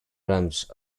ramps